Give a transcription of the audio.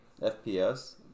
FPS